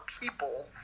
people